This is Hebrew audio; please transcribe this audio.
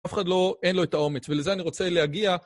אף אחד לא, אין לו את האומץ, ולזה אני רוצה להגיע.